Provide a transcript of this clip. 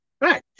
Right